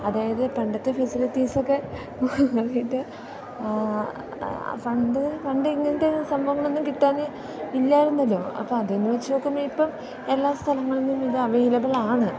അതായത് പണ്ടത്തെ ഫെസിലിറ്റീസൊക്കെ നോക്കിയിട്ട് പണ്ട് പണ്ട് ഇങ്ങനത്തെ സംഭവങ്ങളൊന്നും കിട്ടാൻ ഇല്ലായിരുന്നല്ലോ അപ്പോൾ അതിൽ നിന്ന് വെച്ചു നോക്കുമ്പോൾ ഇപ്പം എല്ലാ സ്ഥലങ്ങളിൽ നിന്നും ഇത് അവൈലബിളാണ്